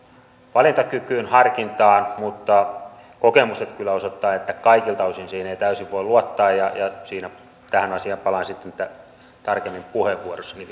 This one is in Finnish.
valintakykyyn harkintaan mutta kokemukset kyllä osoittavat että kaikilta osin siihen ei täysin voi luottaa ja tähän asiaan palaan vielä tarkemmin puheenvuorossani